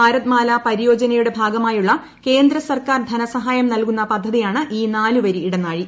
ഭാരത്മാല പര്യോജനയുടെ ഭാഗമായുള്ള കേന്ദ സർക്കാർ ധനസഹായം നൽകുന്ന പദ്ധതിയാണ് ഈ നാലുവരി ഇടനാഴി